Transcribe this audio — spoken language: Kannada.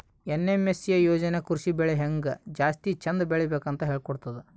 ಏನ್.ಎಮ್.ಎಸ್.ಎ ಯೋಜನಾ ಕೃಷಿ ಬೆಳಿ ಹೆಂಗ್ ಜಾಸ್ತಿ ಚಂದ್ ಬೆಳಿಬೇಕ್ ಅಂತ್ ಹೇಳ್ಕೊಡ್ತದ್